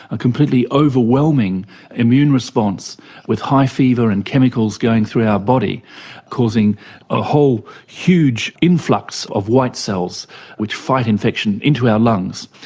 a completely overwhelming immune response with high fever and chemicals going through our body causing a whole huge influx of white cells which fight infection into our lungs.